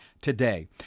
today